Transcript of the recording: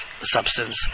substance